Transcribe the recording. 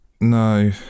no